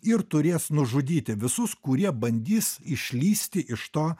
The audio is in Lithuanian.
ir turės nužudyti visus kurie bandys išlįsti iš to